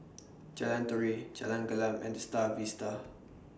Jalan Turi Jalan Gelam and The STAR Vista